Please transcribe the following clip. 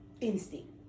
instinct